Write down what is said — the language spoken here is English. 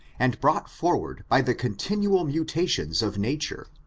and brought for ward by the continual mutations of nature,